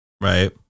right